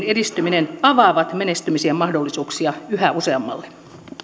edistyminen avaavat menestymisen mahdollisuuksia yhä useammalle